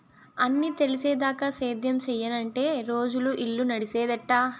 అన్నీ తెలిసేదాకా సేద్యం సెయ్యనంటే రోజులు, ఇల్లు నడిసేదెట్టా